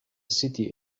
city